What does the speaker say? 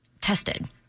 tested